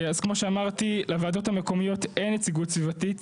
כמו שאמרתי, לוועדות המקומיות אין נציגות סביבתית.